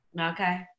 Okay